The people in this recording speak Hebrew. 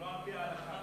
גם לא על-פי ההלכה.